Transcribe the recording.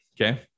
Okay